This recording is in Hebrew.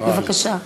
בבקשה.